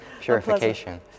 Purification